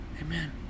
Amen